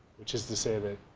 which is to say that,